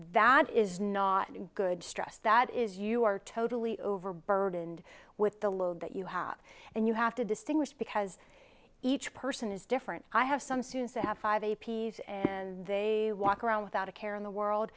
that is not good stress that is you are totally overburdened with the load that you have and you have to distinguish because each person is different i have some students that have five a p s and they walk around without a care in the world